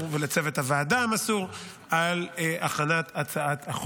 ולצוות הוועדה המסור על הכנת הצעת החוק.